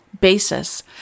basis